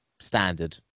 standard